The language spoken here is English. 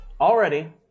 already